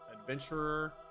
adventurer